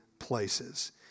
places